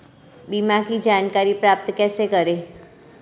बीमा की जानकारी प्राप्त कैसे करें?